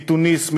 מתוניסיה,